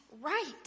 right